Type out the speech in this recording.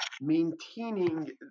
maintaining